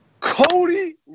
Cody